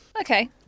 okay